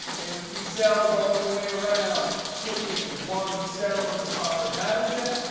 empty cells all the way around. click in one cell in the proper data set.